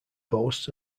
boasts